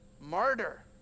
martyr